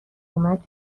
اومد